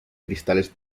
cristales